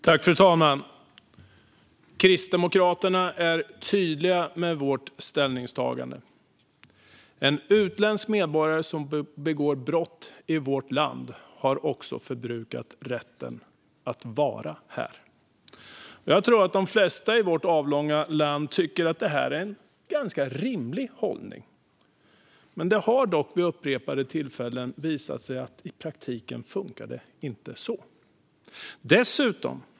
Fru talman! Vi kristdemokrater är tydliga med vårt ställningstagande: En utländsk medborgare som begår brott i vårt land har förbrukat sin rätt att vara här. Jag tror att de flesta i vårt avlånga land tycker att detta är en högst rimlig hållning. Det har dock upprepade tillfällen visat sig att det i praktiken inte funkar så.